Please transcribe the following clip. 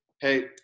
hey